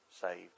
saved